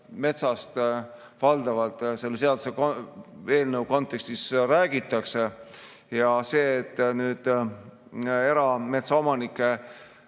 metsast valdavalt selle seaduseelnõu kontekstis räägitakse. See, et erametsaomanike